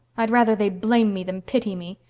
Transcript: i'd rather they'd blame me than pity me!